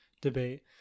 debate